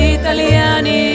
italiani